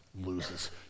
loses